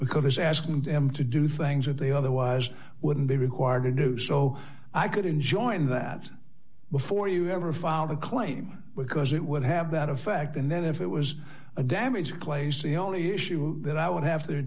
because his asking them to do things that they otherwise wouldn't be required to do so i couldn't join that before you ever filed a claim because it would have that effect and then if it was a damaged place the only issue that i would have to